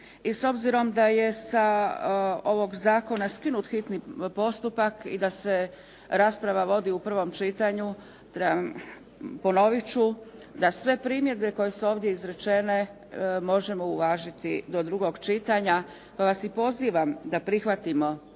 I s obzirom da je sa ovog zakona skinut hitni postupak i da se rasprava vodi u prvom čitanju ponovit ću da sve primjedbe koje su ovdje izrečene možemo uvažiti do drugog čitanja, pa vas i pozivam da prihvatimo